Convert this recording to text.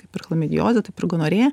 kaip ir chlamidiozė taip ir gonorėja